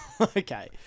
Okay